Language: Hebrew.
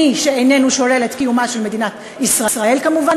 מי שאיננו שולל את קיומה של מדינת ישראל כמובן,